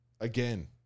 again